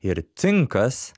ir cinkas